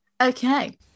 okay